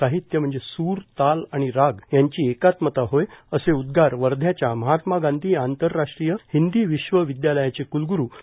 साहित्य म्हणजे स्र ताल आणि राग यांची एकात्मता होय असे उदगार वर्ध्याच्या महात्मा गांधी आंतरराष्ट्रीय हिंदी विश्वविद्यालयाचे कुलग्रु प्रो